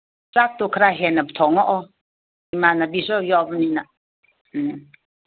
ꯆꯥꯛꯇꯣ ꯈꯔ ꯍꯦꯟꯟ ꯊꯣꯡꯉꯛꯑꯣ ꯏꯃꯥꯟꯅꯕꯤꯁꯨ ꯌꯥꯎꯕꯅꯤꯅ ꯎꯝ